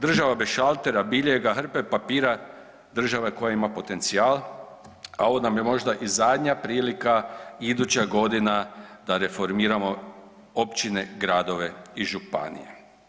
Država bez šaltera, biljega, hrpe papira država je koja ima potencijal, a ovo nam je možda i zadnja prilika iduća godina da reformiramo općine, gradove i županije.